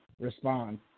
respond